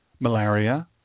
malaria